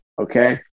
Okay